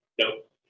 Nope